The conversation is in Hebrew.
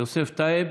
יוסף טייב,